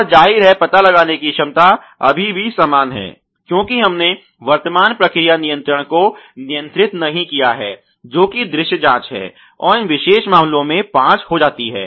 और जाहिर है पता लगाने की क्षमता अभी भी समान है क्योंकि हमने वर्तमान प्रक्रिया नियंत्रण को नियंत्रित नहीं किया है जो कि दृश्य जांच है और इन विशेष मामलों में पांच हो जाती है